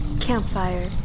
Campfire